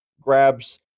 grabs